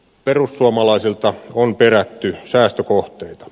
perussuomalaisilta on perätty säästökohteita